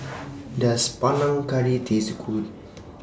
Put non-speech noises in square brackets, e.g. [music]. [noise] Does Panang Curry Taste Good